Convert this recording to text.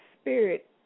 Spirit